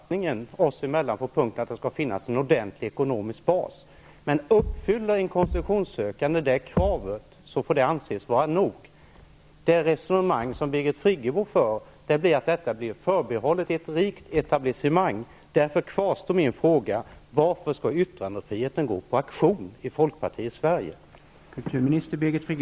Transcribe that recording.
Herr talman! Det råder ingen skillnad i uppfattningen oss emellan på den punkten att det skall finnas en ordentlig ekonomisk bas för verksamheten. Men uppfyller ett koncessionssökande det kravet får det anses vara nog. Det resonemang som Birgit Friggebo för innebär att detta blir förbehållet ett rikt etablissemang. Därför kvarstår min fråga: Varför skall yttrandefriheten gå på auktion i folkpartiets Sverige?